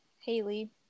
Haley